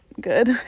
good